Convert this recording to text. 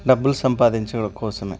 డబ్బులు సంపాదించడం కోసం